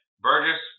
Burgess